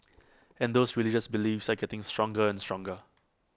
and those religious beliefs are getting stronger and stronger